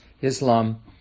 Islam